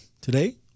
today